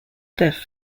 death